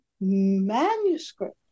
manuscript